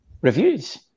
reviews